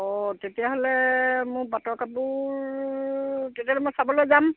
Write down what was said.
অঁ তেতিয়াহ'লে মোৰ পাটৰ কাপোৰ তেতিয়াহ'লে মই চাবলৈ যাম